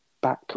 back